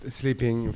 sleeping